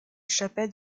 chapelle